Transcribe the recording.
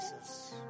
Jesus